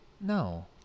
No